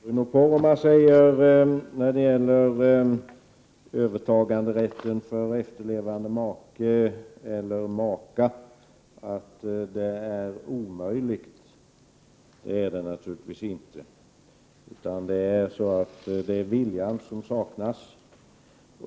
Fru talman! Bruno Poromaa säger när det gäller övertaganderätten för efterlevande make eller maka att detta är omöjligt. Det är det naturligtvis inte, utan det är viljan som saknas.